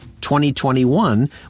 2021